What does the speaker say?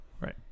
Right